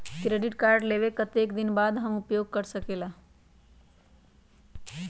Credit card लेबे के कतेक दिन बाद हम उपयोग कर सकेला?